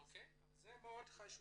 אוקי, אז זה מאוד חשוב.